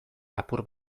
apur